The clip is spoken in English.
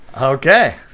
Okay